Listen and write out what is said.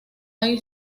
hay